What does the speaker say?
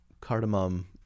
cardamom